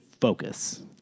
focus